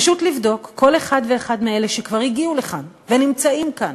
פשוט לבדוק כל אחד ואחד מאלה שכבר הגיעו לכאן ונמצאים כאן,